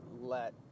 let